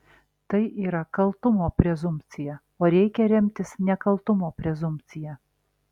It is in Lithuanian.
tai yra kaltumo prezumpcija o reikia remtis nekaltumo prezumpcija